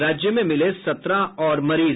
राज्य में मिले सत्रह और मरीज